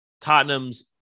Tottenham's